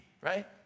Right